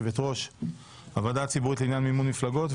יושבת ראש הוועדה הציבורית לעניין מימון מפלגות,